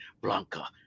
blanca